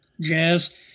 jazz